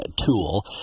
tool